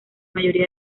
mayoría